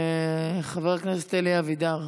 חבר הכנסת אלי אבידר.